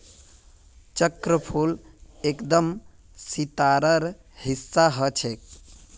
चक्रफूल एकदम सितारार हिस्सा ह छेक